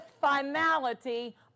finality